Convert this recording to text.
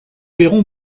verrons